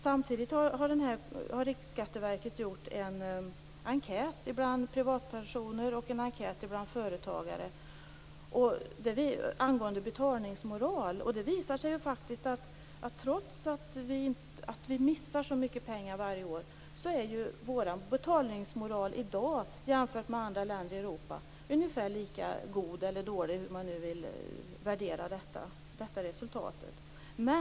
Samtidigt har Riksskatteverket gjort en enkät bland privatpersoner och en enkät bland företagare angående betalningsmoral. Trots att det saknas så mycket pengar varje år har det visat sig att vår betalningsmoral i dag jämfört med andra länder i Europa är ungefär lika god eller dålig - beroende på hur man värderar resultatet.